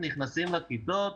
ב-13:00 נכנסים לכיתות,